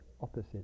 opposite